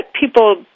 people